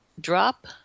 drop